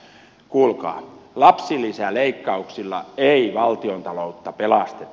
kuulkaa lapsilisäleikkauksilla ei valtiontaloutta pelasteta